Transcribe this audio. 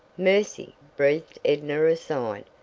mercy! breathed edna aside.